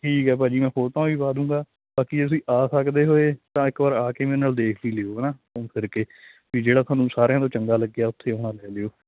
ਠੀਕ ਆ ਭਾਅ ਜੀ ਮੈਂ ਫੋਟੋਆਂ ਵੀ ਪਾ ਦੂਗਾ ਬਾਕੀ ਅਸੀਂ ਆ ਸਕਦੇ ਹੋਏ ਤਾਂ ਇੱਕ ਵਾਰ ਆ ਕੇ ਮੇਰੇ ਨਾਲ ਦੇਖ ਹੀ ਲਿਓ ਘੁੰਮ ਫਿਰ ਕੇ ਵੀ ਜਿਹੜਾ ਤੁਹਾਨੂੰ ਸਾਰਿਆਂ ਤੋਂ ਚੰਗਾ ਲੱਗਿਆ ਉੱਥੇ ਆਣਾ ਲੈ ਲਿਓ